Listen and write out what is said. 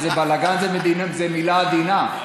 ובלגן זה מילה עדינה.